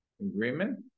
agreement